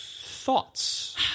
Thoughts